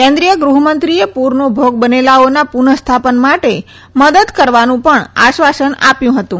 કેન્દ્રીય ગૃહમંત્રીએ પુરનો ભોગ બનેલાઓના પુનઃસ્થાપન માટે મદદ કરવાનું પણ આશ્વાસન આપ્યું હતું